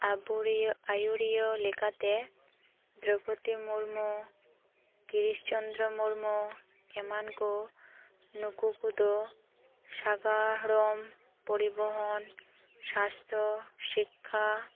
ᱟᱵᱚᱨᱮᱱ ᱟᱹᱭᱩᱨᱤᱭᱟᱹ ᱞᱮᱠᱟᱛᱮ ᱫᱽᱨᱳᱯᱚᱫᱤ ᱢᱩᱨᱢᱩ ᱜᱤᱨᱤᱥ ᱪᱚᱱᱫᱽᱨᱚ ᱢᱩᱨᱢᱩ ᱮᱢᱟᱱ ᱠᱚ ᱱᱩᱠᱩ ᱠᱚᱫᱚ ᱥᱟᱜᱟᱲᱚᱢ ᱯᱚᱨᱤ ᱵᱚᱦᱚᱱ ᱥᱟᱥᱛᱷᱚ ᱥᱤᱠᱠᱷᱟ